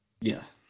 yes